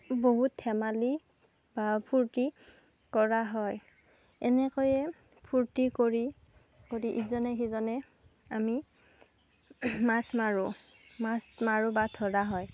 বহুত ধেমালি বা ফুৰ্তি কৰা হয় এনেকৈয়ে ফুৰ্তি কৰি কৰি ইজনে সিজনে আমি মাছ মাৰোঁ মাছ মাৰোঁ বা ধৰা হয়